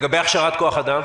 מה לגבי הכשרת כוח אדם?